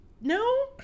No